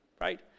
Right